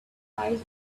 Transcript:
eyes